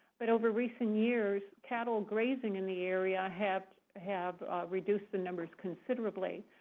but over recent years cattle grazing in the area have have reduced the numbers considerably.